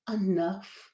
enough